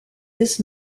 this